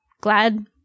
glad